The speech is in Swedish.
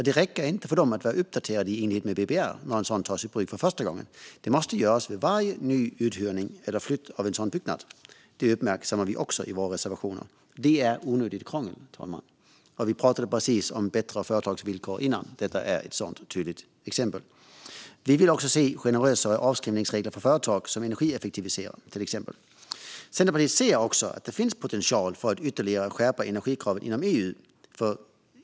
Det räcker inte för dem att vara uppdaterade i enlighet med BBR när en sådan byggnad tas i bruk för första gången. Det måste göras vid varje ny uthyrning eller flytt av en sådan byggnad. Det uppmärksammar vi också i vår reservation. Det är onödigt krångel, fru talman. Vi pratade precis innan om bättre företagsvillkor. Detta är ett sådant tydligt exempel. Vi vill också se generösare avskrivningsregler för företag som energieffektiviserar, till exempel. Centerpartiet ser att det finns potential att ytterligare skärpa energikraven inom EU.